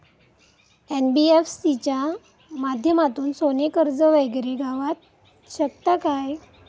NBFC च्या माध्यमातून सोने कर्ज वगैरे गावात शकता काय?